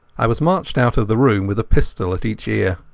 i was marched out of the room with a pistol at each ear.